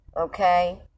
okay